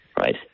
right